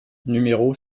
numéro